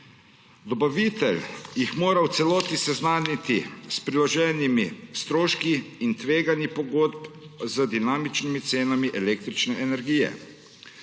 Dobavitelj jih mora v celoti seznaniti s priloženimi stroški in tveganji pogodb z dinamičnimi cenami električne energije.